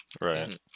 Right